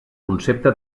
concepte